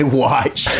watch